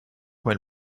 when